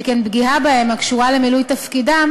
שכן פגיעה בהם הקשורה למילוי תפקידם